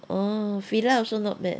oh FILA also not bad